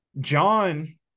John